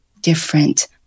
different